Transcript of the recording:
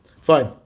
Fine